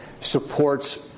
supports